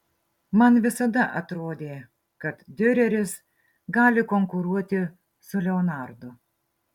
man visada atrodė kad diureris gali konkuruoti su leonardu